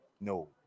No